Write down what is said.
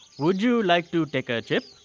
would you like to take a trip?